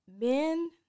men